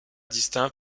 distincts